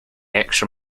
extra